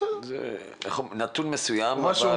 זה נתון מסוים.